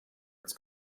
its